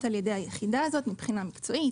על ידי היחידה הזאת מבחינה מקצועית,